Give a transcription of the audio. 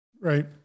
right